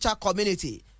community